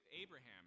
Abraham